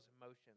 emotions